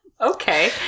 Okay